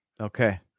Okay